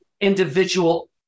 individual